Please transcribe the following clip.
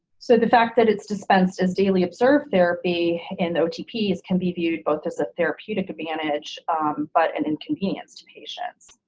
so the fact that it's dispensed as daily observed therapy in the otps can be viewed both as a therapeutic advantage but an inconvenience to patients.